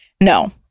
No